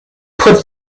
put